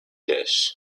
dish